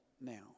now